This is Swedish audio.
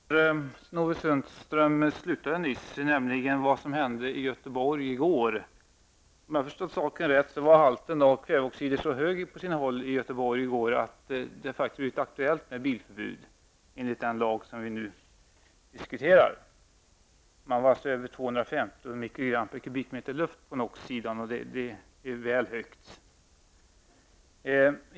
Herr talman! Jag vill fortsätta där Sten-Ove Sundström nyss slutade och ta upp vad som hände i går i Göteborg. Om jag förstått saken rätt var halten av kväveoxider på sina håll så hög i Göteborg i går att det hade blivit aktuellt med ett bilförbud enligt den lag som vi nu diskuterar. Man var alltså över halter på 250 mikrogram kväveoxider per m3 luft, och det är väl högt.